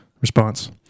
Response